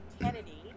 Kennedy